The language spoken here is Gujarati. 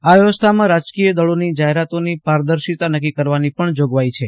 આ વ્યવસ્થામાં રાજકીય દળોની જાહેરાતોની પારદર્શિતા નક્કી કરવાની પણ જોગવાઈ છે